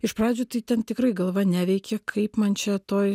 iš pradžių tai ten tikrai galva neveikė kaip man čia toj